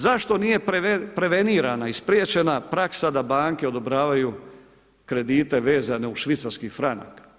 Zašto nije prevenirana i spriječena praksa da banke odobravaju kredite vezane u švicarski franak?